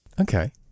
Okay